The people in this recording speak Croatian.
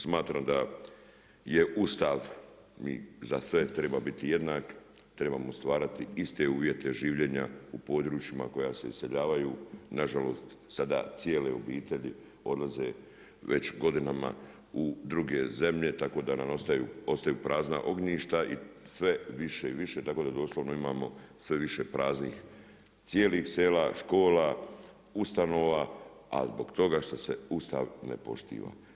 Smatram da je Ustav za sve treba biti jednak, trebamo stvarati iste uvjete življenja u područjima koja se iseljavaju nažalost sada cijele obitelji odlaze već godinama u druge zemlje tako da nam ostaju prazna ognjišta i sve više i više tako da doslovno imamo sve više praznih cijelih sela, škola, ustanova, ali zbog toga što se Ustav ne poštiva.